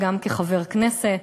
וגם כחבר הכנסת.